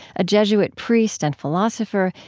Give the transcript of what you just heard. a jesuit priest and philosopher,